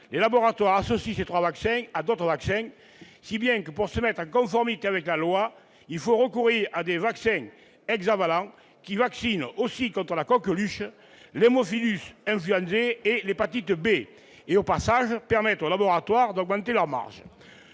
les laboratoires associent ces trois vaccins à d'autres, si bien que, pour se mettre en conformité avec la loi, il faut recourir à des vaccins hexavalents, qui vaccinent aussi contre la coqueluche, l'et l'hépatite B. Au passage, cela permet aux laboratoires d'augmenter leurs marges.